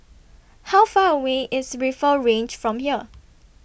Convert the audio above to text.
How Far away IS Rifle Range from here